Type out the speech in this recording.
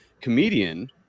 comedian